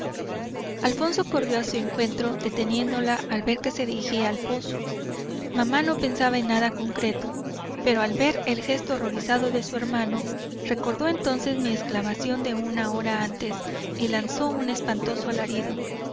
alfonso corrió a su encuentro deteniéndola al ver que se dirigía al pozo mamá no pensaba en nada concreto pero al ver el gesto horrorizado de su hermano recordó entonces mi exclamación de una hora antes y lanzó un espantoso alarido